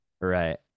Right